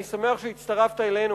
אני שמח שהצטרפת אלינו.